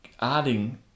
adding